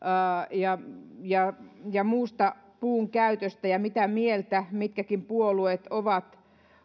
ja ja muusta puunkäytöstä ja siitä mitä mieltä mitkäkin puolueet ovat